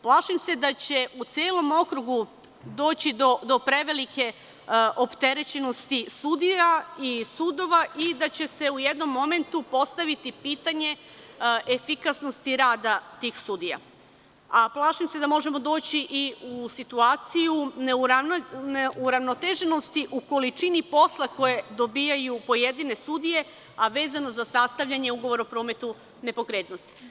Plašim se da će u celom okrugu doći do prevelike opterećenosti sudija i sudova i da će se u jednom momentu postaviti pitanje efikasnosti rada tih sudija, a plašim se da možemo doći i u situaciju neuravnoteženosti u količini posla koje dobijaju pojedine sudije, a vezano za sastavljanje ugovora o prometu nepokretnosti.